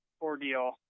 ordeal